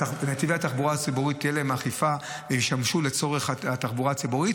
שלנתיבי התחבורה הציבורית תהיה אכיפה וישמשו לצורך התחבורה הציבורית,